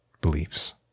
beliefs